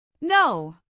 No